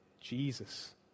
Jesus